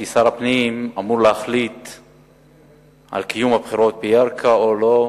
כי שר הפנים אמור להחליט על קיום הבחירות בירכא או לא,